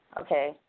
okay